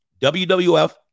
WWF